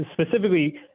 specifically